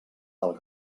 del